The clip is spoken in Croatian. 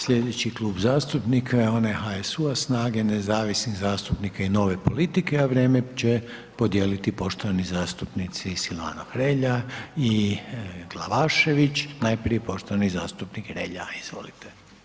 Slijedeći Klub zastupnika je onaj HSU-a, SNAGA-e, nezavisnih zastupnika i Nove politike a vrijeme će podijeliti poštovani zastupnici Silvano Hrelja i Glavašević, najprije poštovani zastupnik Hrelja, izvolite.